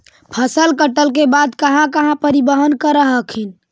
फसल कटल के बाद कहा कहा परिबहन कर हखिन?